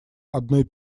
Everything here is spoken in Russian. одной